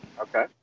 Okay